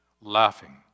Laughing